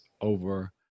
over